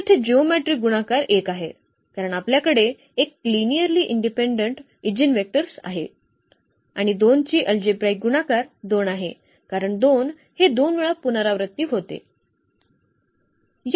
तर येथे जिओमेट्रीक गुणाकार 1 आहे कारण आपल्याकडे 1 लिनिअर्ली इंडिपेंडेंट ईजीनवेक्टर्स आहे आणि 2 ची अल्जेब्राईक गुणाकार 2 आहे कारण 2 हे 2 वेळा पुनरावृत्ती होते